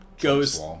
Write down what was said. goes